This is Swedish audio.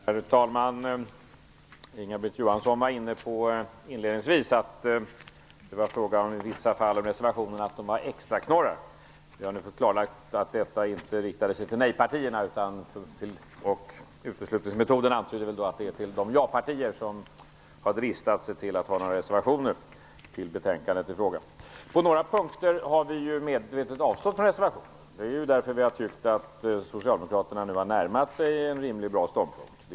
Herr talman! Inga-Britt Johanssson var inledningsvis inne på att det i vissa fall var extraknorrar på reservationerna. Vi har nu fått klarlagt att detta inte riktade sig till nej-partierna utan, enligt uteslutningsmetoden, till de ja-partier som har dristat sig till att ha reservationer till betänkandet i frågan. På några punker har vi medvetet avstått från att reservera oss. Det är därför att vi har tyckt att Socialdemokraterna nu har närmat sig en rimlig och bra ståndpunkt.